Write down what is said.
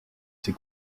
ces